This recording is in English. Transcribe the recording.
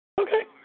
Okay